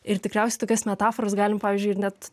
ir tikriausiai tokias metaforas galim pavyzdžiui ir net